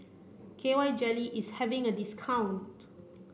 K Y jelly is having a discount